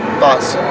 but